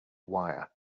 wire